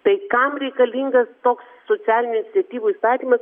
tai kam reikalingas toks socialinių iniciatyvų įstatymas